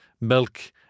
milk